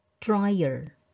dryer